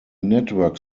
network